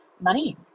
money